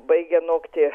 baigia nokti